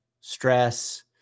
stress